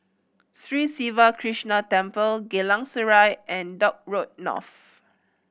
Sri Siva Krishna Temple Geylang Serai and Dock Road North